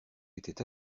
était